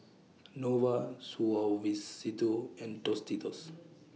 Nova Suavecito and Tostitos